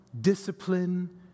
discipline